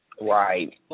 Right